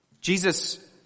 Jesus